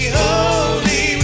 holy